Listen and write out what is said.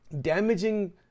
damaging